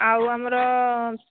ଆଉ ଆମର